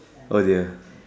oh dear